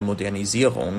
modernisierung